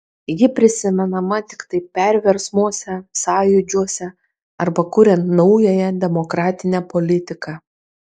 ji prisimenama tik perversmuose sąjūdžiuose arba kuriant naująją demokratinę politiką